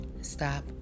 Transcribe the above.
Stop